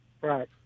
Right